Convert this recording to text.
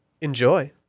Enjoy